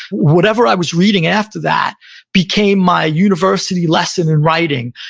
whatever i was reading after that became my university lesson in writing.